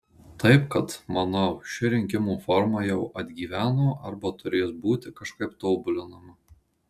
taip kad manau ši rinkimų forma jau atgyveno arba turės būti kažkaip tobulinama